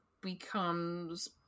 becomes